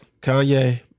Kanye